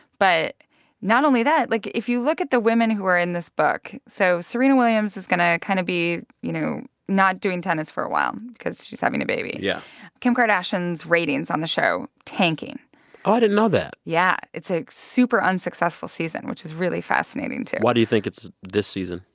but not only that, like, if you look at the women who are in this book so serena williams is going to kind of be, you know, not doing tennis for a while because she's having a baby yeah kim kardashian's ratings on the show tanking oh, i didn't know that yeah. it's a super unsuccessful season, which is really fascinating, too why do you think it's this season?